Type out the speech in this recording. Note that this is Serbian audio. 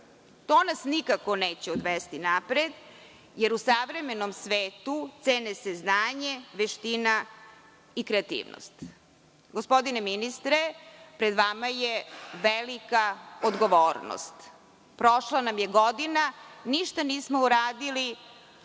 To nas nikako neće odvesti unapred, jer u savremenom svetu cene se znanje, veština i kreativnost. Gospodine ministre, pred vama je velika odgovornost. Prošla nam je godina, ništa nismo uradili.